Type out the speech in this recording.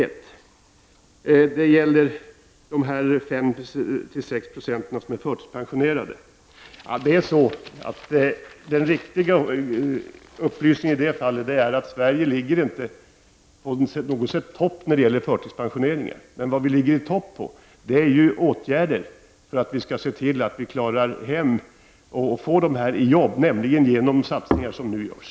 När det gäller de 5—6 96 som är förtidspensionerade är den riktiga upplysningen den att Sverige inte på något sätt ligger i topp i fråga om förtidspensioneringar men att vi ligger i topp när det gäller åtgärder för att se till att dessa människor får jobb, nämligen genom de satsningar som nu görs.